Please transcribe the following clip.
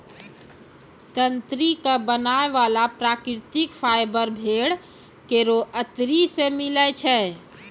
तंत्री क बनाय वाला प्राकृतिक फाइबर भेड़ केरो अतरी सें मिलै छै